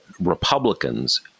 Republicans